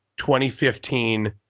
2015